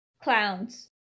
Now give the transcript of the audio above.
Clowns